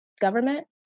government